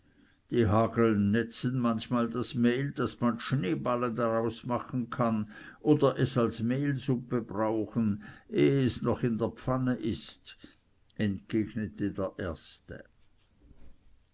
die haglen netzen manchmal das mehl daß man schneeballen daraus machen kann oder es als mehlsuppe brauchen ehe es noch in der pfanne ist entgegnete der erste